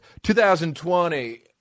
2020